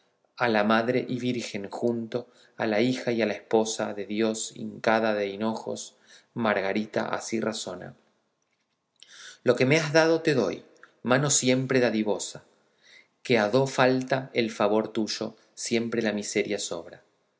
a la madre y virgen junto a la hija y a la esposa de dios hincada de hinojos margarita así razona lo que me has dado te doy mano siempre dadivosa que a do falta el favor tuyo siempre la miseria sobra